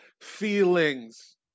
feelings